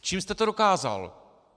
Čím jste to dokázal!